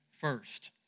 First